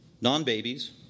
non-babies